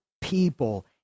people